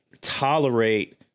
tolerate